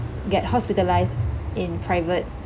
get hospitalised in private